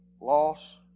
loss